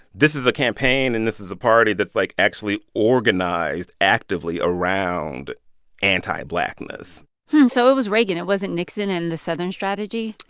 this is a campaign and this is a party that's, like, actually organized actively around anti-blackness so it was reagan. it nixon and the southern strategy?